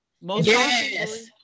Yes